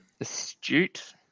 astute